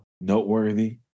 noteworthy